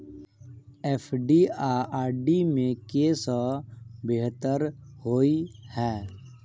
FD आ RD मे केँ सा बेहतर होइ है?